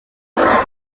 gutera